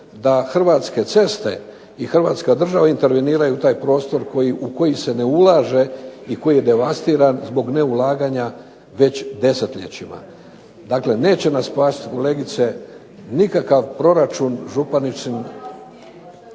Hrvatske ceste i Hrvatska država interveniraju u taj prostor u koji se ne ulaže i koji je devastiran zbog neulaganja već desetljećima. Dakle, neće nas spasiti kolegice nikakav proračun županičin.